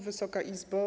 Wysoka Izbo!